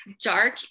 Dark